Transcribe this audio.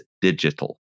digital